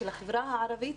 של החברה הערבית,